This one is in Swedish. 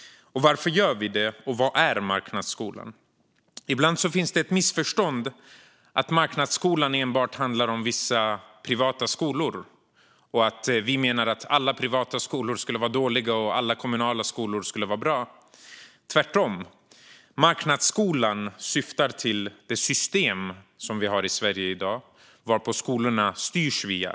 Varför gör vi det, och vad är marknadsskolan? Ibland finns det ett missförstånd, att marknadsskolan bara handlar om vissa privata skolor och att vi menar att alla privata skolor skulle vara dåliga och alla kommunala skolor skulle vara bra. Tvärtom: Marknadsskolan syftar på det system som vi har i Sverige i dag och som skolorna styrs genom.